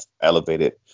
elevated